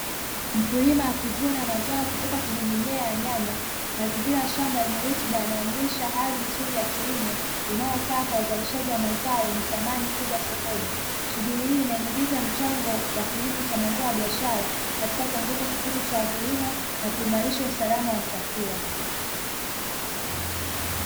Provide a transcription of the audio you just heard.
Mkulima akivuna mazao kutoka kwenye mimea ya nyanya, mazingira ya shamba yenye rutuba yanaonyesha hali nzuri ya kilimo inayofaa kwa uzalishaji wa mazao wenye thamani kubwa sokoni, shughuli hii inaingiza mchango wa kilimo cha mazao ya biashara, katika kuongeza kipato cha wakulima na kuimarisha usalama wa chakula.